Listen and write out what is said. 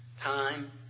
time